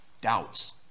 doubts